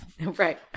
Right